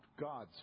God's